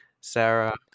Sarah